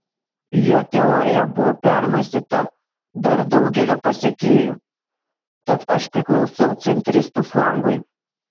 jo teorija buvo permąstyta dar daugelio pasekėjų tad aš priklausau centristų flangui